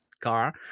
car